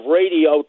radio